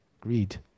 greed